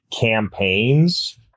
campaigns